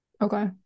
Okay